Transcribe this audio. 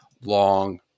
long